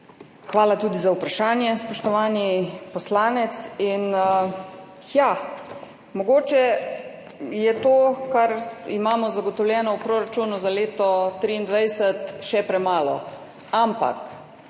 Hvala tudi za vprašanje, spoštovani poslanec. Mogoče je to, kar imamo zagotovljeno v proračunu za leto 2023, še premalo. Ampak